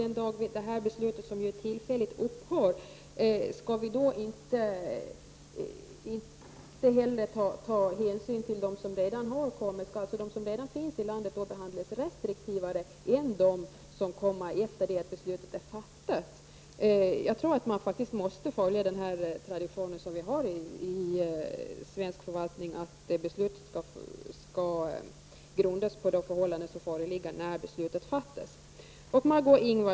Den dag det här tillfälliga beslutet upphör, skall vi då inte heller ta hänsyn till dem som redan har kommit till vårt land? Skall de som redan finns i landet behandlas restriktivare än de som kommer efter det att beslutet är fattat? Jag tror att man faktiskt måste följa den tradition som vi har i svensk förvaltning, nämligen att beslutet skall grundas på de förhållanden som förelåg när beslutet fattades.